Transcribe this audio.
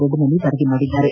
ದೊಡ್ಡಮನಿ ವರದಿ ಮಾಡಿದ್ದಾರೆ